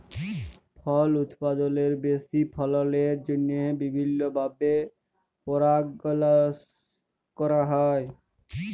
ফল উৎপাদলের বেশি ফললের জ্যনহে বিভিল্ল্য ভাবে পরপাগাশল ক্যরা হ্যয়